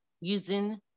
using